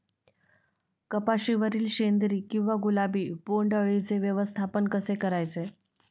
कपाशिवरील शेंदरी किंवा गुलाबी बोंडअळीचे व्यवस्थापन कसे करायचे?